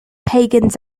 pagans